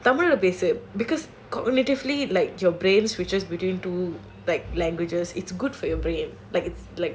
tamil leh பேசு:pesu because cognitively your brain switches between to languages it's good for your brain like it's